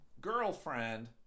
girlfriend